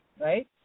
right